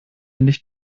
nicht